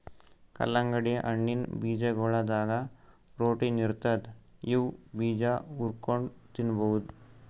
ಕಲ್ಲಂಗಡಿ ಹಣ್ಣಿನ್ ಬೀಜಾಗೋಳದಾಗ ಪ್ರೊಟೀನ್ ಇರ್ತದ್ ಇವ್ ಬೀಜಾ ಹುರ್ಕೊಂಡ್ ತಿನ್ಬಹುದ್